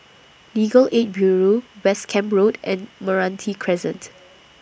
Legal Aid Bureau West Camp Road and Meranti Crescent